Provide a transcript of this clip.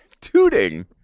Tooting